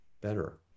better